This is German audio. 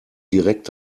direkt